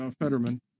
Fetterman